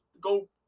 go